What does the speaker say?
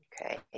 Okay